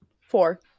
four